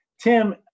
Tim